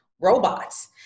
robots